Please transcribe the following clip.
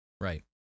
Right